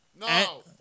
No